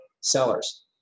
sellers